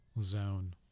zone